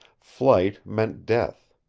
flight meant death.